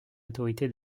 autorité